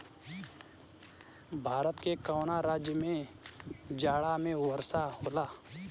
भारत के कवना राज्य में जाड़ा में वर्षा होला?